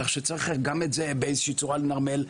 כך שצריך גם את זה באיזושהי צורה לנרמל,